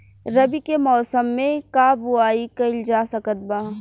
रवि के मौसम में का बोआई कईल जा सकत बा?